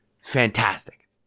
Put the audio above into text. Fantastic